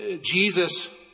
Jesus